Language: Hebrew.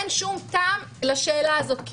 אין שום טעם לשאלה הזאת,